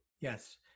yes